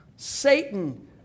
Satan